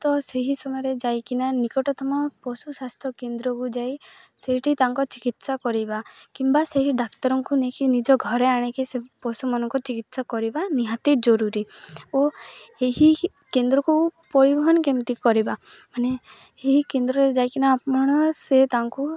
ତ ସେହି ସମୟରେ ଯାଇକିନା ନିକଟତମ ପଶୁ ସ୍ୱାସ୍ଥ୍ୟ କେନ୍ଦ୍ରକୁ ଯାଇ ସେଇଠି ତାଙ୍କ ଚିକିତ୍ସା କରିବା କିମ୍ବା ସେହି ଡାକ୍ତର ଙ୍କୁ ନେଇକି ନିଜ ଘରେ ଆଣିକି ସେ ପଶୁମାନଙ୍କୁ ଚିକିତ୍ସା କରିବା ନିହାତି ଜରୁରୀ ଓ ଏହି କେନ୍ଦ୍ରକୁ ପରିବହନ କେମିତି କରିବା ମାନେ ଏହି କେନ୍ଦ୍ରରେ ଯାଇକିନା ଆପଣ ସେ ତାଙ୍କୁ